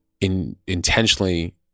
intentionally